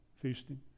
feasting